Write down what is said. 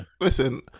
Listen